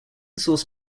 source